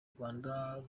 rwanda